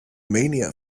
mania